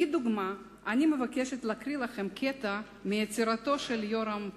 כדוגמה אני מבקשת להקריא לכם קטע מיצירתו של יורם טהר-לב,